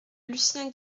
lucien